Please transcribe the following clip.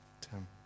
Tim